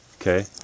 Okay